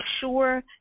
sure